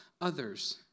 others